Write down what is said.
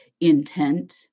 intent